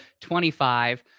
25